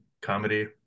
comedy